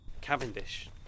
Cavendish